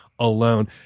alone